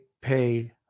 pay